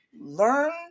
Learn